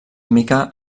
mica